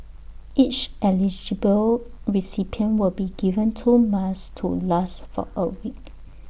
each eligible recipient will be given two masks to last for A week